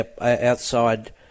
outside